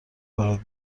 وارد